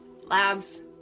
Labs